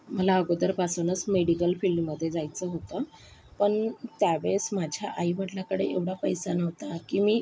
मला अगोदरपासूनच मेडिकल फील्डमध्ये जायचं होतं पण त्या वेळेस माझ्या आईवडिलाकडे एवढा पैसा नव्हता की मी